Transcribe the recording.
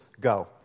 Go